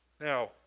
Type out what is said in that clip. Now